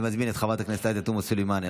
אני מזמין את חברת הכנסת עאידה תומא סלימאן,